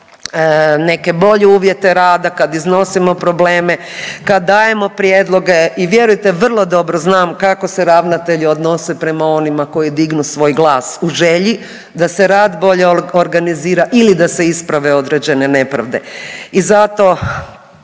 neke bolje uvjete rada, kad iznosimo probleme, kad dajemo prijedloge i vjerujte vrlo dobro znam kako se ravnatelji odnose prema onima koji dignu svoj glas u želji da se rad bolje organizira ili da se isprave određene nepravde. I zato